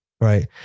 Right